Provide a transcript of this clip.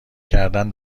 کردن